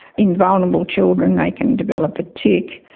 in vulnerable children they can develop a tic.